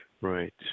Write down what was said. Right